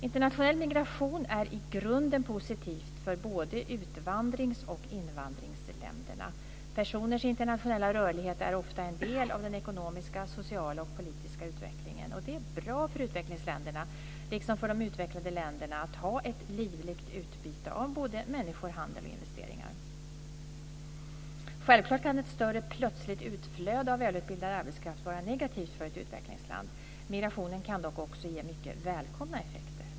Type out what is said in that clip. Internationell migration är i grunden positivt för både utvandrings och invandringsländerna. Personers internationella rörlighet är ofta en del av den ekonomiska, sociala och politiska utvecklingen. Det är bra för utvecklingsländerna, liksom för de utvecklade länderna, att ha ett livligt utbyte av både människor, handel och investeringar. Självklart kan ett större, plötsligt utflöde av välutbildad arbetskraft vara negativt för ett utvecklingsland. Migrationen kan dock också ge mycket välkomna effekter.